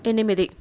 ఎనిమిది